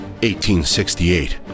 1868